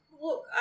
Look